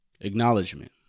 Acknowledgement